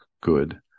good